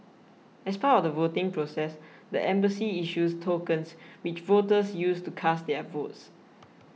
as part of the voting process the embassy issues tokens which voters use to cast their votes